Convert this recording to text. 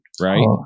right